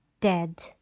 dead